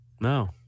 No